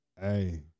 Hey